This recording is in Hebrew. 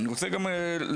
אני רוצה גם להדגיש,